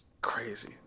Crazy